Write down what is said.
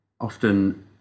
often